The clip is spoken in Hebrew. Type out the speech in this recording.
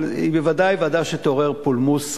אבל היא בוודאי ועדה שתעורר פולמוס,